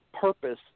purpose